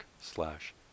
slash